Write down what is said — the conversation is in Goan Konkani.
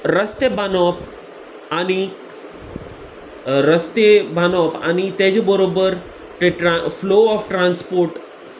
रस्ते बांदप आनी रस्ते बांदप आनी तेजे बरोबर ते फ्लो ऑफ ट्रांसपोर्ट